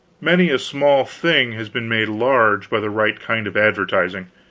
many a small thing has been made large by the right kind of advertising.